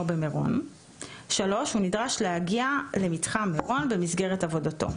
במירון); הוא נדרש להגיע למתחם מירון במסגרת עבודתו,